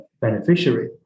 beneficiary